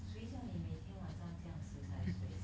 谁叫你每天晚上将迟才睡